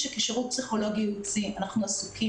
כשירות פסיכולוגי-ייעוצי אנחנו עסוקים